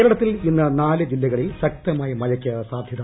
കേരളത്തിൽ ഇന്ന് നാല് ജില്ലകളിൽ ശക്തമായ മഴയ്ക്ക് സാധൃത